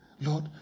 Lord